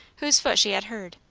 whose foot she had heard.